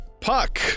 puck